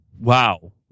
wow